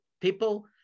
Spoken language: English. People